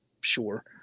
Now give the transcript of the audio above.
sure